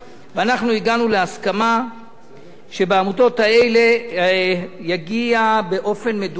ואנחנו הגענו להסכמה שבעמותות האלה זה יגיע באופן מדורג,